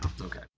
Okay